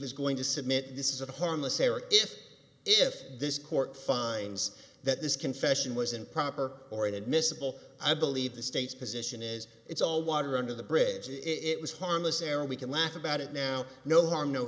is going to submit this is a harmless error if if this court finds that this confession was improper or inadmissible i believe the state's position is it's all water under the bridge and it was harmless and we can laugh about it now no harm no